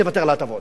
תוותר על ההטבות.